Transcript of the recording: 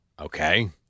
Okay